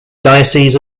diocese